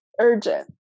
urgent